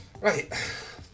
Right